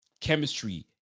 chemistry